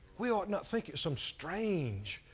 we ought not think it some strange,